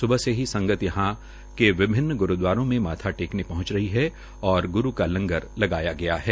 स्बह से ही संगत यहां के विभिन्न ग्रूदवारों में माथा टेकने पहंच रही है और ग्रू का लंगर लगाया गया है